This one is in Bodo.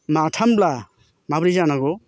माथामब्ला माबोरै जानांगौ